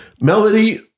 Melody